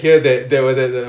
ya